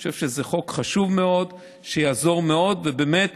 אני חושב שזה חוק חשוב מאוד, שיעזור מאוד ובאמת